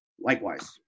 likewise